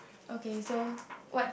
okay so what